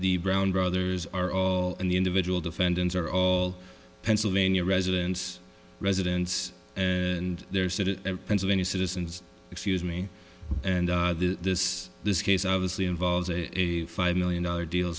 the brown brothers are all in the individual defendants are all pennsylvania residence residence and there's a pennsylvania citizens excuse me and this this case obviously involves a five million dollar deal